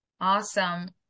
Awesome